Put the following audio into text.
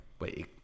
Wait